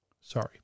Sorry